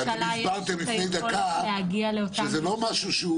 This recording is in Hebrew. אבל הסברתם לפני דקה שזה לא משהו שהוא